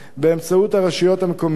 באמצעות הרשויות המקומיות.